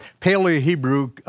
Paleo-Hebrew